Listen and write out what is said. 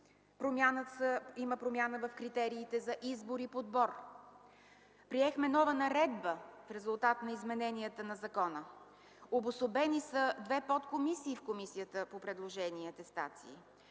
власт. Има промяна в критериите за избор и подбор. Приехме нова наредба в резултат на измененията в закона. Обособени са две подкомисии в Комисията по предложенията за санкции.